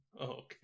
okay